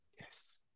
yes